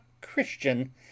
christian